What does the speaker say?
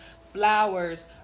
flowers